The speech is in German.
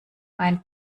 wein